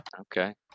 Okay